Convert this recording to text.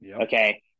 Okay